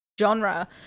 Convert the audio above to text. genre